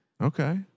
Okay